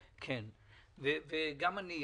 וגם אני.